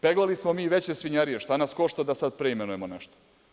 Peglali smo mi veće svinjarije šta nas košta da sada preimenujemo nešta.